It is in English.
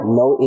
no